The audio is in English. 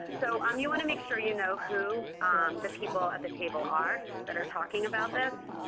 so um you want to make sure you know who the people at the table are that are talking about this.